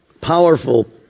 Powerful